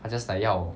她 just like 要